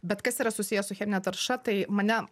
bet kas yra susiję su chemine tarša tai mane